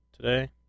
today